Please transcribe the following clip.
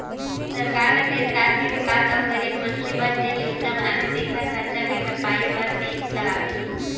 सरकार ल देस, राज के बिकास अउ गरीब मनखे बर जेन योजना बनाथे तेखर खरचा के भरपाई बर टेक्स लगाथे